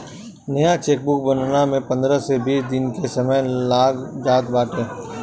नया चेकबुक बनला में पंद्रह से बीस दिन के समय लाग जात बाटे